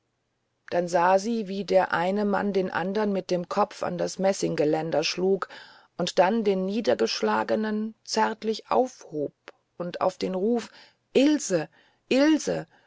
dann sah sie wie der eine mann den andern mit dem kopf an das messinggeländer schlug und dann den niedergeschlagenen zärtlich aufhob und auf den ruf ilse ilse